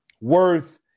worth